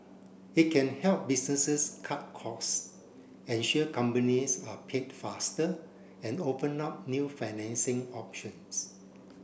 it can help businesses cut costs ensure companies are paid faster and open up new financing options